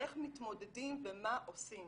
איך מתמודדים ומה עושים?